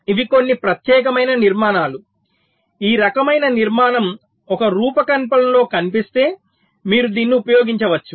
ఇవి కొన్ని ప్రత్యేకమైన నిర్మాణాలు ఈ రకమైన నిర్మాణం ఒక రూపకల్పనలో కనిపిస్తే మీరు దీనిని ఉపయోగించవచ్చు